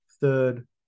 third